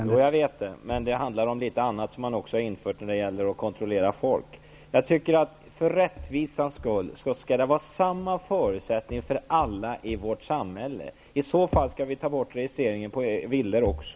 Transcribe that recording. Herr talman! Jag vet det. Men det handlar om en del annat som man också har införts när det gäller att kontrollera folk. För rättvisans skull skall alla i vårt samhälle ha samma förutsättningar. Vi skall i så fall ta bort registreringen på villor också.